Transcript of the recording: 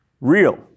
real